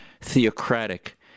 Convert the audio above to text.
theocratic